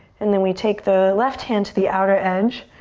and then we take the left hand to the outer edge.